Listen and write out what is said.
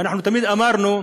ואנחנו תמיד אמרנו: